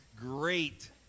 great